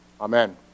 Amen